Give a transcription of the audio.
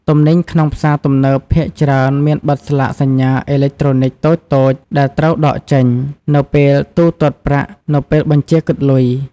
ទំនិញក្នុងផ្សារទំនើបភាគច្រើនមានបិទស្លាកសញ្ញាអេឡិចត្រូនិកតូចៗដែលត្រូវដកចេញ នៅពេលទូទាត់ប្រាក់នៅពេលបញ្ជាគិតលុយ។